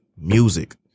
music